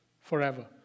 forever